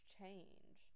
change